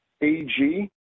AG